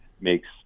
makes